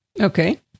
okay